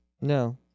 No